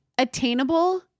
attainable